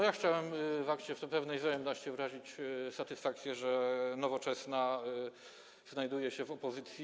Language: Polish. Ja chciałem w akcie pewnej wzajemności wyrazić satysfakcję, że Nowoczesna znajduje się w opozycji.